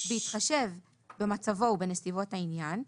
בהתחשב במצבו ובנסיבות העניין,